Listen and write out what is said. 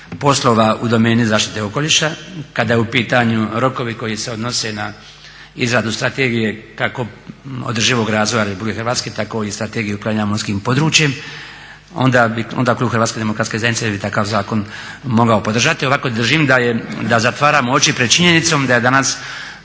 poslova u domeni zaštite okoliša, kada je u pitanju rokovi koji se odnose na izradu strategije kako održivog razvoja RH, tako i Strategiju upravljanja morskim područjem onda klub Hrvatske demokratske zajednice bi takav zakon mogao podržati. Ovako držim da zatvaramo oči pred činjenicom da je danas